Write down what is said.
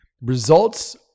results